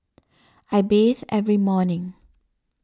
I bathe every morning